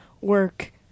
work